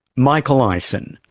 michael eisen,